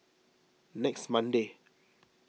next Monday